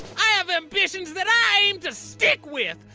i have ambitions that i aim to stick with!